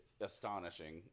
astonishing